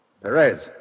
Perez